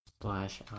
Slash